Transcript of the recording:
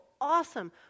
Awesome